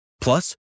Plus